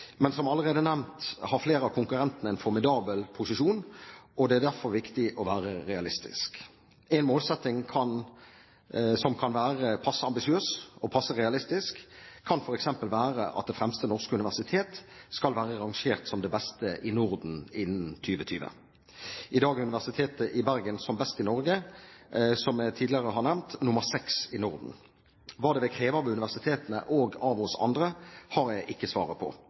Men, som allerede nevnt, flere av konkurrentene har en formidabel posisjon, og det er derfor viktig å være realistisk. En målsetting som kan være passe ambisiøs, og passe realistisk, kan f.eks. være at det fremste norske universitet skal være rangert som det beste i Norden innen 2020. I dag er Universitetet i Bergen, som best i Norge – som jeg tidligere har nevnt – nr. 6 i Norden. Hva det vil kreve av universitetene og av oss andre, har jeg ikke svaret på.